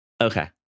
Okay